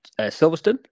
Silverstone